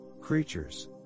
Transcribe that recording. creatures